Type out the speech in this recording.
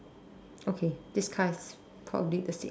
okay this car is probably the same